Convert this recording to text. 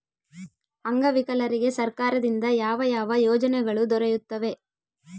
ಅಂಗವಿಕಲರಿಗೆ ಸರ್ಕಾರದಿಂದ ಯಾವ ಯಾವ ಯೋಜನೆಗಳು ದೊರೆಯುತ್ತವೆ?